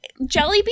Jellybean